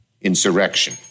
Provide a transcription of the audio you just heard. insurrection